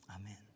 Amen